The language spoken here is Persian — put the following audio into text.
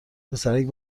پسرک